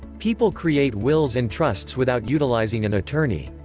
people create wills and trusts without utilizing an attorney.